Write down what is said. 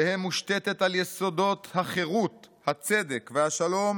תהא מושתתה על יסודות החירות, הצדק והשלום